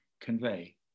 convey